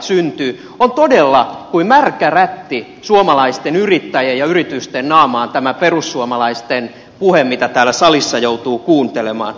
on todella kuin märkä rätti suomalaisten yrittäjien ja yritysten naamaan tämä perussuomalaisten puhe jota täällä salissa joutuu kuuntelemaan